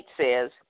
says